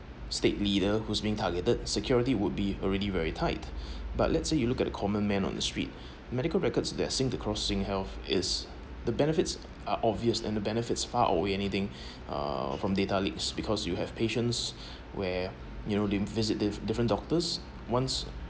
state leader whose being targeted security would be already very tight but let's say you look at the common man on the street medical records they're synced the crossing health is the benefits are obvious and the benefits far away anything uh from data leaks because you have patients where you know didn't visit the different doctors once